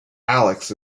alex